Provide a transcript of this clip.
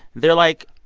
they're like,